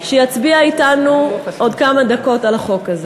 שיצביע אתנו עוד כמה דקות על החוק הזה,